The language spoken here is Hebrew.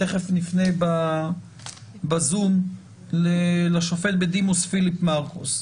תכף נפנה בזום לשופט בדימוס פיליפ מרכוס.